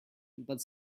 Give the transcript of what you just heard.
but